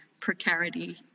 precarity